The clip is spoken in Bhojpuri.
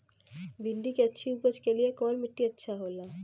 भिंडी की अच्छी उपज के लिए कवन मिट्टी अच्छा होला?